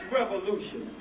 revolution